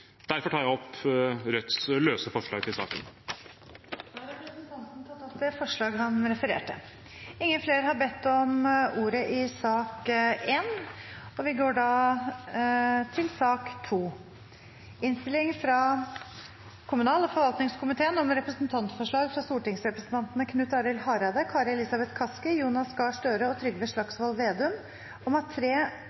Derfor tar jeg opp Rødts forslag til saken. Representanten Bjørnar Moxnes har tatt opp det forslaget han refererte. Flere har ikke bedt om ordet til sak nr. 1. Etter ønske fra kommunal- og forvaltningskomiteen vil presidenten foreslå at taletiden blir begrenset til 3 minutter til hver partigruppe og